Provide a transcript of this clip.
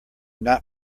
not